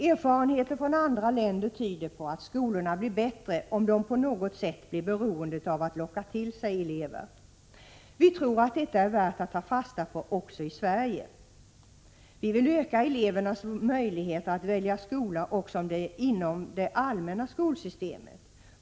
Erfarenheter från andra länder tyder på att skolorna blir bättre om de på något sätt är beroende av att locka till sig elever. Vi tror att detta är värt att ta fasta på också i Sverige. Vi vill öka elevernas möjligheter att välja skola också inom det allmänna skolsystemet.